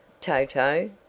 Toto